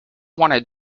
wanted